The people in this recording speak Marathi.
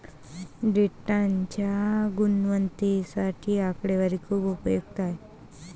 डेटाच्या गुणवत्तेसाठी आकडेवारी खूप उपयुक्त आहे